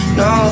no